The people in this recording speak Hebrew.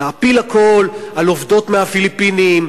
להפיל הכול על עובדות מהפיליפינים,